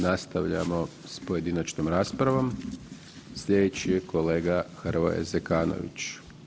Nastavljamo s pojedinačnom raspravom, sljedeći je kolega Hrvoje Zekanović.